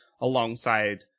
alongside